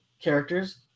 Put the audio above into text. characters